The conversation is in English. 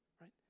Right